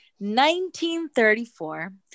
1934